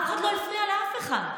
אף אחד לא הפריע לאף אחד.